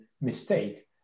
mistake